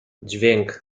dźwięk